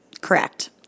Correct